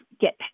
get